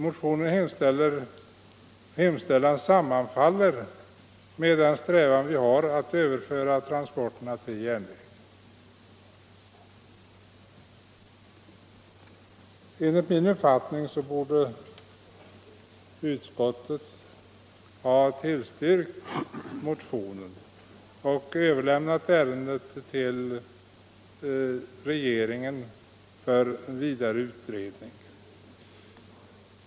Motionens hemställan sum manfaller med vår strävan att överföra transporterna till järnväg. Enligt min uppfattning borde utskottet ha tillstyrkt motionen och överlämnat ärendet till regeringen för vidare utredning.